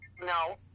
No